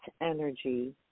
energy